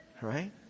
Right